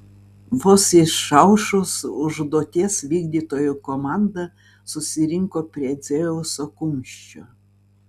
vos išaušus užduoties vykdytojų komanda susirinko prie dzeuso kumščio